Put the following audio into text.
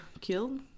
killed